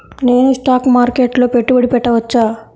నేను స్టాక్ మార్కెట్లో పెట్టుబడి పెట్టవచ్చా?